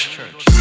church